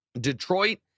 Detroit